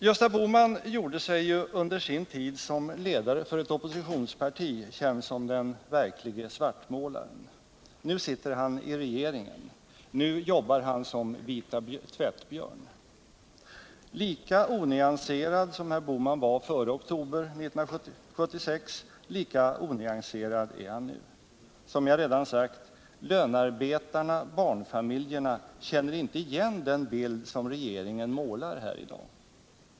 Gösta Bohman gjorde sig under sin tid som ledare för ett oppositionsparti känd som den verklige svartmålaren. Nu sitter han i regeringen. Nu jobbar han som Vita Tvättbjörn. Lika onyanserad som Gösta Bohman var före oktober 1976, lika onyanserad är han nu. Som jag redan sagt: lönarbetarna och barnfamiljerna känner inte igen den bild som regeringen målar i dag.